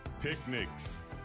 picnics